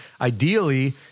ideally